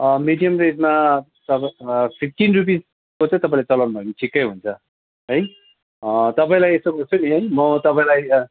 medium रेन्जमा त fifteen रुपिसको चाहिँ तपाईँले चलाउनु भयो भने ठिकै हुन्छ है तपाईँलाई यसो गर्छु नि है मो तपाईँलाई तपाईँ